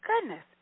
goodness